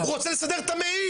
הוא רוצה לסדר את המעיל,